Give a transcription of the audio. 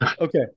Okay